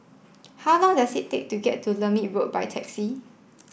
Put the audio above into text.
how long does it take to get to Lermit Road by taxi